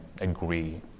agree